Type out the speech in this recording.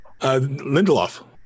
lindelof